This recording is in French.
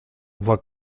voie